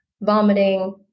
vomiting